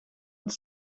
het